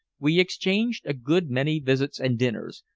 we exchanged a good many visits and dinners,